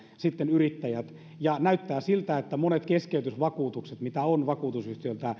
sitten korvauksia vakuutusyhtiöltä ja näyttää siltä että monet keskeytysvakuutukset mitä on vakuutusyhtiöiltä